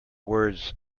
words